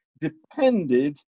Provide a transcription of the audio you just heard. depended